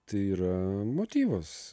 tai yra motyvas